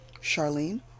Charlene